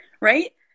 right